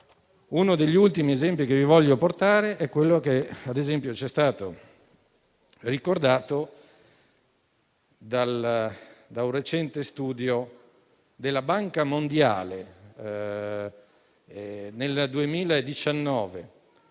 Uno degli ultimi esempi che vi voglio portare, ci è stato ricordato da un recente studio della Banca mondiale, nel 2019,